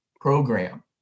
program